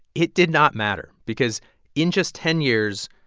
it did not matter because in just ten years,